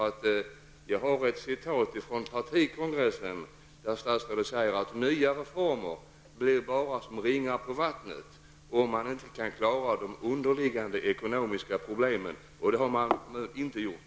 Låt mig hänvisa till partikongressen, där statsrådet sade att nya reformer bara blir som ringar på vattnet, om man inte kan klara de underliggande ekonomiska problemen, och det har man inte gjort.